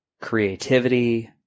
creativity